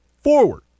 forward